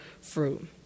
fruit